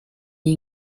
gli